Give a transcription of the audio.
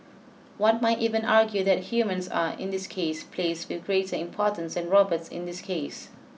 one might even argue that humans are in this case placed with greater importance than robots in this case